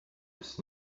his